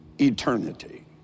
eternity